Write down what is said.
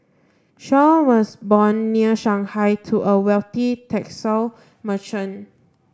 Shaw was born near Shanghai to a wealthy textile merchant